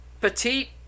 Petite